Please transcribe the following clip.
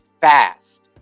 fast